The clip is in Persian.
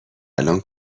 الان